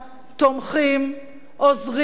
תומכים, עוזרים,